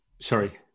sorry